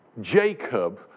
Jacob